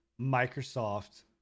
Microsoft